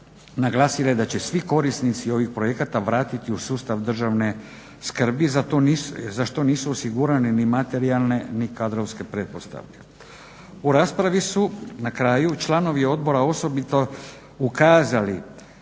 naglasila je da će svi korisnici ovih projekata vratiti u sustav državne skrbi za što nisu osigurani ni materijalne ni kadrovske pretpostavke. U raspravi su na kraju članovi odbora osobito ukazali